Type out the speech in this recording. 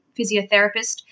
physiotherapist